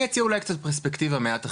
אני אציע אולי פרספקטיבה מעט אחרת,